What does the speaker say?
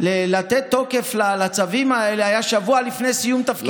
לתת תוקף לצווים האלה הייתה שבוע לפני סיום תפקידו,